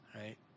right